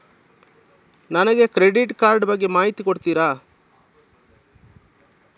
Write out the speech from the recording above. ನನಗೆ credit card ಬಗ್ಗೆ ಮಾಹಿತಿ ಕೊಡುತ್ತೀರಾ?